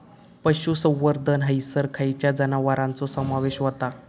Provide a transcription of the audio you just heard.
पशुसंवर्धन हैसर खैयच्या जनावरांचो समावेश व्हता?